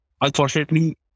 Unfortunately